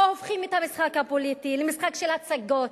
פה הופכים את המשחק הפוליטי למשחק של הצגות,